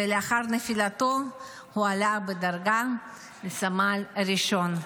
ולאחר נפילתו הועלה בדרגה לסמל ראשון.